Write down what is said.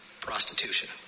Prostitution